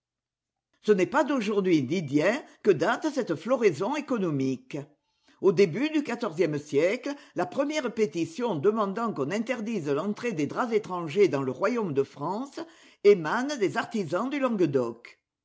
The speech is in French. ce n'est pas d'aujourd'hui ni d'hier que date cette floraison économique au début du quatorzième siècle la première pétition demandant qu'on interdise l'entrée des draps étrangers dans le royaume de france émane des artisans du languedoc